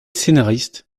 scénariste